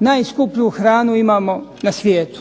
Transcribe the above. Najskuplju hranu imamo na svijetu.